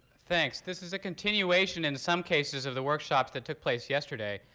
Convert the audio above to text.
thanks. this is a continuation in some cases of the workshops that took place yesterday.